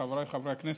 חבריי חברי הכנסת,